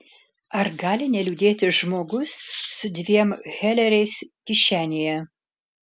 ar gali neliūdėti žmogus su dviem heleriais kišenėje